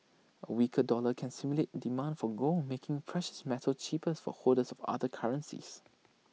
A weaker dollar can stimulate demand for gold making precious metal cheaper for holders of other currencies